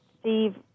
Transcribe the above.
Steve